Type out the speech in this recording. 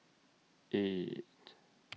eight